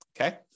okay